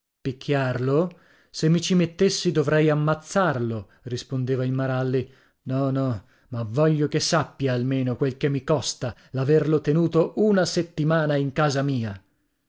picchiarlo se mi ci mettessi dovrei ammazzarlo rispondeva il maralli no no ma voglio che sappia almeno quel che mi costa l'averlo tenuto una settimana in casa mia